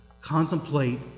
Contemplate